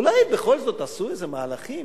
אולי בכל זאת עשו איזה מהלכים,